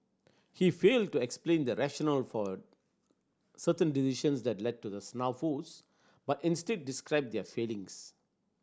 he failed to explain the rationale for certain decisions that led to the snafus but instead described their failings